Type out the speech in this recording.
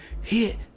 hit